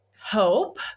hope